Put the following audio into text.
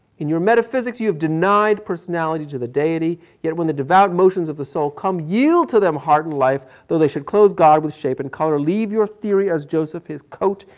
in your metaphysics you've denied personality to the deity, yet when the devote motions of the soul come, yield to the hardened life, though they should clothes god with sharpen color. leave your theory as joseph his coat,